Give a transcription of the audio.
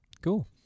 cool